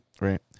Right